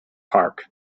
park